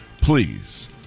Please